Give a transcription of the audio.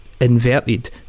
inverted